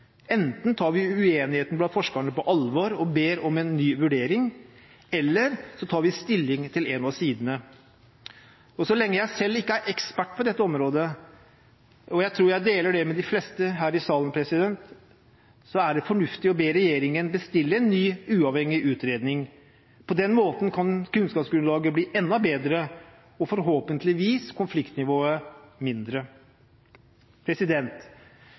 Enten tar vi uenigheten blant forskerne på alvor og ber om en ny vurdering, eller så tar vi stilling til en av sidene. Og så lenge jeg selv ikke er ekspert på dette området, noe jeg tror jeg deler med de fleste her i salen, er det fornuftig å be regjeringen bestille en ny, uavhengig utredning. På den måten kan kunnskapsgrunnlaget bli enda bedre og forhåpentligvis konfliktnivået mindre.